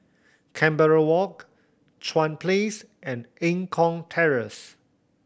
Canberra Walk Chuan Place and Eng Kong Terrace